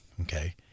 okay